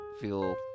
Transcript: feel